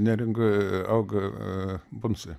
neringoj auga bonsai